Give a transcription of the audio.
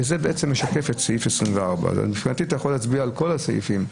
וזה משקף את סעיף 24. מבחינתי אתה יוכל להצביע על כל הסעיפים,